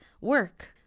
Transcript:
work